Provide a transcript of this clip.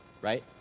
Right